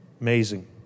Amazing